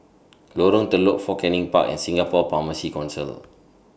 Lorong Telok Fort Canning Park and Singapore Pharmacy Council